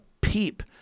peep